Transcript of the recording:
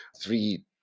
three